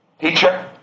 Teacher